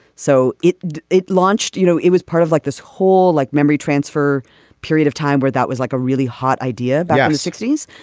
so it it launched. you know it was part of like this whole like memory transfer period of time where that was like a really hot idea in but yeah the sixty s.